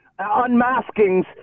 unmaskings